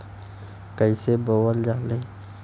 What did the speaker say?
कईसे बोवल जाले?